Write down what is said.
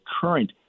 current